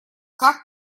как